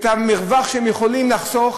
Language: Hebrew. את המרווח שהם יכולים לחסוך?